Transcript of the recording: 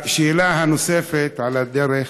השאלה הנוספת, על הדרך,